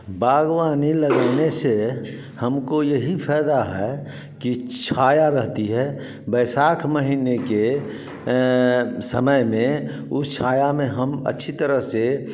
बागवानी लगाने से हमको यही फ़ायदा है की छाया रहती है बैसाख महीने के समय में उस छाया में हम अच्छी तरह से